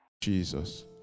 Jesus